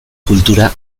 kultura